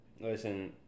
Listen